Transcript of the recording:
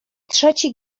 trzeci